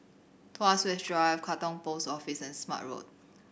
Tuas West Drive Katong Post Office and Smart Road